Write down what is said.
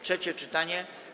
Trzecie czytanie.